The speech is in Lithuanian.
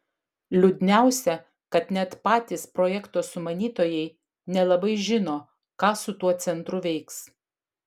liūdniausia kad net patys projekto sumanytojai nelabai žino ką su tuo centru veiks